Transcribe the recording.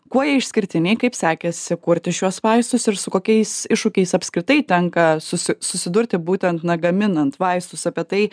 kuo jie išskirtiniai kaip sekėsi kurti šiuos vaistus ir su kokiais iššūkiais apskritai tenka susi susidurti būtent na gaminant vaistus apie tai